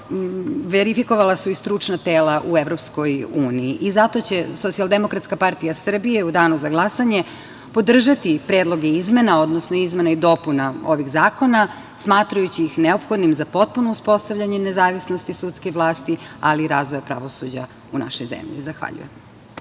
verifikovala su i stručna tela u EU. Zato će Socijaldemokratska partija Srbije u danu za glasanje podržati predloge izmena, odnosno izmena i dopuna ovih zakona, smatrajući ih neophodnim za potpuno uspostavljanje nezavisnosti sudske vlasti, ali i razvoja pravosuđa u našoj zemlji. Zahvaljujem.